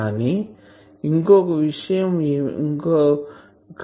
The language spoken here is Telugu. అదే విధం గా నిర్వచించవచ్చు